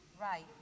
Right